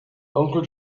uncle